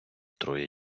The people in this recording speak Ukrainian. троє